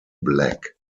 black